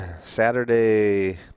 Saturday